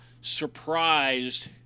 surprised